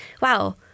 wow